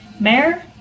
mayor